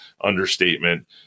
understatement